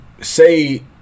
say